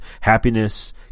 happiness